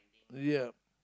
yeah